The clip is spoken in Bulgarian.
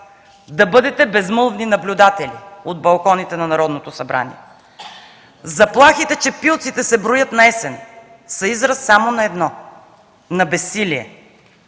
да бъдете безмълвни наблюдатели от балконите на Народното събрание. Заплахите, че пилците се броят на есен, са израз само на едно – на безсилие.